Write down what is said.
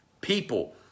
people